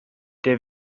der